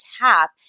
tap